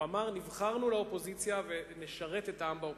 הוא אמר: נבחרנו לאופוזיציה ונשרת את העם באופוזיציה.